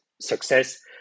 success